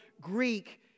Greek